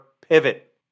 pivot